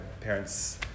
parents